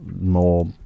more